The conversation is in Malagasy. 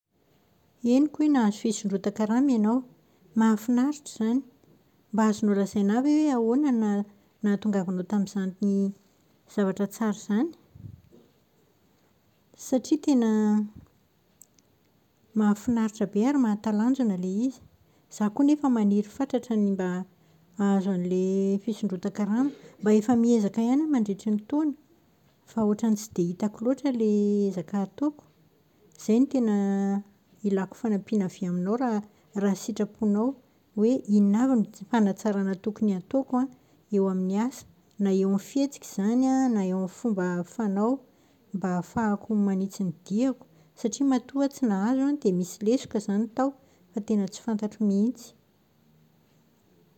“Henoko hoe nahazo fisondrotan-karama ianao, mahafinaritra izany! Mba azonao lazaina ahy ve hoe ahoana no na- nahatongavanao tamin'izany zavatra tsara izany? Satria tena mahafinaritra be ary mahatalanjona ilay izy. Izaho koa anefa maniry fatratra ny mba hahazo an'ilay fisondrotan-karama. Mba efa miezaka ihany aho mandritra ny taona fa ohatran'ny tsy dia hitako loatra ilay ezaka ataoko. Izay no tena ilako fanampiana avy aminao raha- raha sitraponao. Hoe inona avy ny fanatsaràna tokony ataoko an eo amin'ny asa. Na eo amin'ny fihetsika izany an, na eo amin'ny fomba fanao mba ahafahako manitsy ny diako. Satria matoa aho tsy nahazo an, dia misy lesoka izany tao fa tena tsy fantatro mihitsy.